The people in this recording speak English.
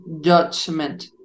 judgment